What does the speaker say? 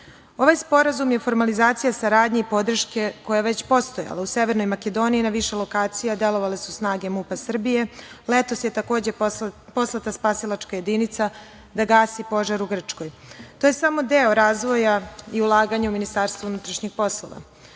sporazum je formalizacija saradnje i podrške koja je već postojala. U Severnoj Makedoniji na više lokacija delovale su snage MUP-a Srbije. Letos je, takođe, poslata spasilačka jedinica da gasi požar u Grčkoj. To je samo deo razvoja i ulaganja u MUP.Ministarstvo unutrašnjih poslova